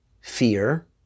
fear